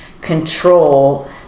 control